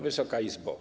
Wysoka Izbo!